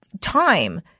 time